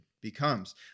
becomes